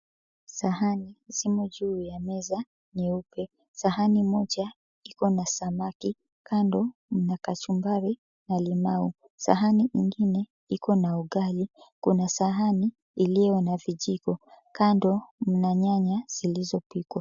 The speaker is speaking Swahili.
Sahani zimo juu ya meza nyeupe. Sahani moja iko na samaki. Kando kuna kachumbari na limau. Sahani nyingine iko na ugali. Kuna sahani iliyo na vijiko. Kando kuna nyanya zilizopikwa.